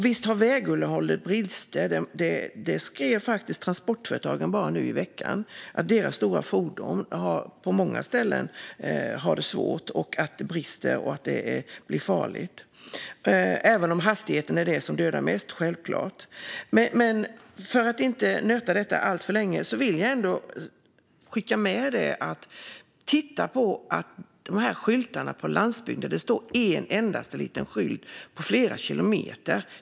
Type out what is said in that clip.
Visst finns det brister i vägunderhållet. Transportföretagen skrev nu i veckan att deras stora fordon på många ställen har det svårt och att bristerna gör att det blir farligt - även om självklart hastigheten dödar mest. Jag ska inte nöta denna fråga alltför länge, men jag vill ändå skicka med just frågan om en enda liten skylt på flera kilometer ute på landsbygden.